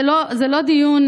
זה לא דיון,